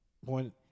one